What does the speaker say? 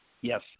Yes